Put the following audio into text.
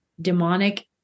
demonic